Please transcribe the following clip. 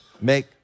Make